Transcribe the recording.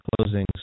closing